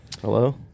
Hello